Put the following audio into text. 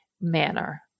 manner